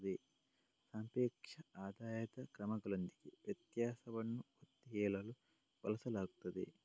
ಸಾಪೇಕ್ಷ ಆದಾಯದ ಕ್ರಮಗಳೊಂದಿಗೆ ವ್ಯತ್ಯಾಸವನ್ನು ಒತ್ತಿ ಹೇಳಲು ಬಳಸಲಾಗುತ್ತದೆ